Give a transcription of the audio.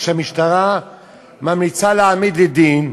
כשהמשטרה ממליצה להעמיד לדין,